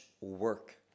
work